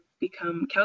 become